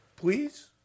Please